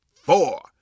four